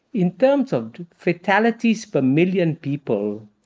in terms of fatalities per million people,